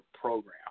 program